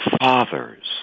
fathers